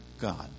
God